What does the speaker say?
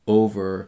over